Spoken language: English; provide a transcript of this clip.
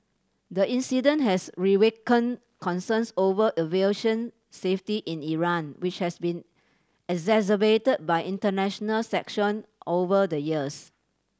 the incident has reawakened concerns over aviation safety in Iran which has been exacerbated by international sanction over the years